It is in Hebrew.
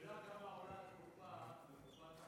השאלה היא כמה עולה התרופה לקופת-החולים.